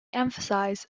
emphasize